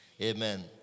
amen